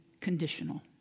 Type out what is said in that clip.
conditional